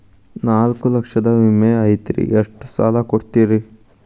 ನಾಲ್ಕು ಲಕ್ಷದ ವಿಮೆ ಐತ್ರಿ ಎಷ್ಟ ಸಾಲ ಕೊಡ್ತೇರಿ?